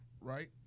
right